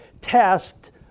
tasked